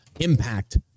impact